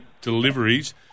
deliveries